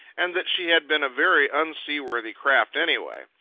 and that she had been a very unseaworthy craft anyway.